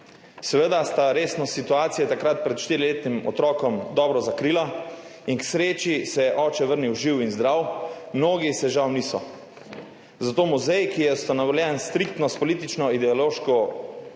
Seveda sta resnost situacije takrat pred štiriletnim otrokom dobro zakrila in k sreči se je oče vrnil živ in zdrav. Mnogi se žal niso. Zato muzej, ki je ustanovljen iz striktno političnoideoloških vzgibov,